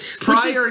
prior